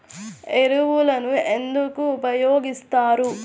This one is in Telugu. ఎరువులను ఎందుకు ఉపయోగిస్తారు?